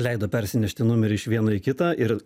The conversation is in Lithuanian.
leido persinešti numerį iš vieno į kitą ir